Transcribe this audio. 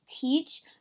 teach